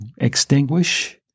extinguish